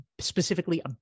specifically